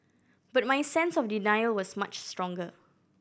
but my sense of denial was much stronger